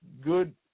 good